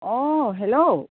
অঁ হেল্ল'